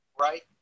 right